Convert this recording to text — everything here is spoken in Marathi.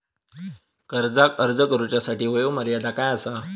कर्जाक अर्ज करुच्यासाठी वयोमर्यादा काय आसा?